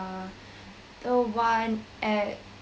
the one at